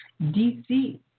DC